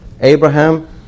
Abraham